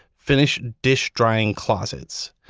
finnish dish drying closets.